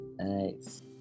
nice